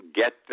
get